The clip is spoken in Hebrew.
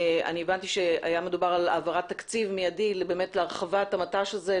אני הבנתי שהיה מדובר על העברת תקציב מיידי להרחבת המט"ש הזה,